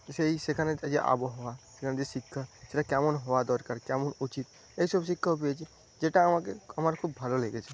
সেই সেখানে যে আবহাওয়া সেখানে যে শিক্ষা সেটা কেমন হওয়া দরকার কেমন উচিত এইসব শিক্ষাও পেয়েছি যেটা আমাকে আমার খুব ভালো লেগেছে